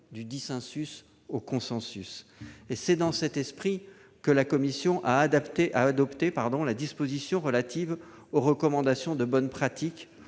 du dissensus au consensus ». C'est dans cet esprit que la commission spéciale a adopté la disposition relative aux recommandations de bonnes pratiques,